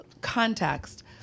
Context